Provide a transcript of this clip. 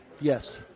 Yes